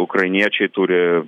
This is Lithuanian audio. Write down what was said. ukrainiečiai turi